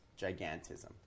gigantism